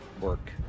work